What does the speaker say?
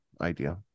idea